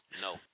no